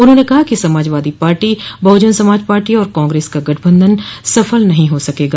उन्होंने कहा कि समाजवादी पार्टी बहुजन समाज पार्टी और कांग्रेस का गठबंधन सफल नहीं हो सकेगा